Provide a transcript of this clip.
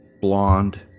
blonde